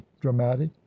dramatic